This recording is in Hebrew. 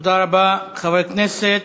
חבר הכנסת